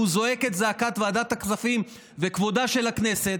שהוא זועק את זעקת ועדת הכספים וכבודה של הכנסת,